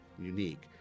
unique